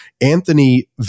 Anthony